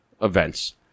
events